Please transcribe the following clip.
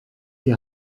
die